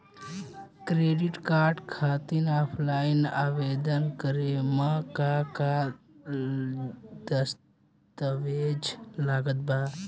Credit card खातिर ऑफलाइन आवेदन करे म का का दस्तवेज लागत बा?